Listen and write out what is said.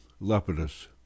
Lepidus